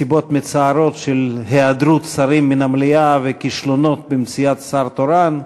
מסיבות מצערות של היעדרות שרים מן המליאה וכישלונות במציאת שר תורן.